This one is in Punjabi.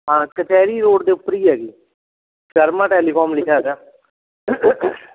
ਹਾਂ ਕਚਹਿਰੀ ਰੋਡ ਦੇ ਉੱਪਰ ਹੀ ਹੈਗੀ ਸ਼ਰਮਾ ਟੈਲੀਕੋਮ ਲਿਖਿਆ ਹੈਗਾ